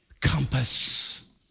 compass